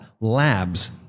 Labs